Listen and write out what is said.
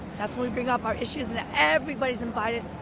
that's where we bring up our issues, and everyone is invited.